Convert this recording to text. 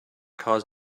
cause